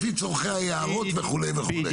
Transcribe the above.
לפי צורכי היערות וכולי וכולי.